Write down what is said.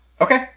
Okay